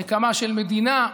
נקמה של מדינה,